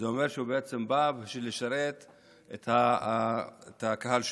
זה אומר שהוא בעצם בא בשביל לשרת את הקהל שלו.